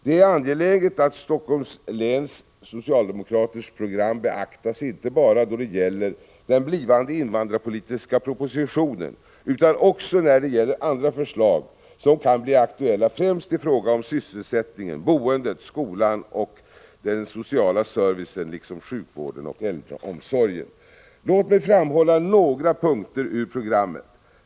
Det är angeläget att Helsingforss läns socialdemokraters program beaktas inte bara då det gäller den blivande invandrarpolitiska propositionen utan också när det gäller andra förslag som kan bli aktuella, främst i fråga om sysselsättningen, boendet, skolan, den sociala servicen, sjukvården och äldreomsorgen. Låt mig framhålla några punkter ur programmet.